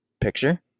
picture